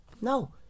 no